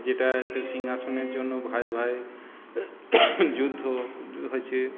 যেটা একটা সিংহাসনের জন্য ভাইয়ে ভাইয়ে যুদ্ধ হয়েছে